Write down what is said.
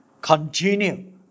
continue